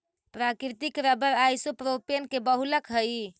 प्राकृतिक rubber isopropene के बहुलक हई